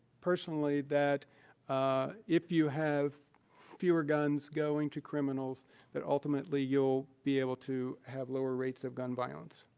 personally, that if you have fewer guns going to criminals that ultimately you'll be able to have lower rates of gun violence.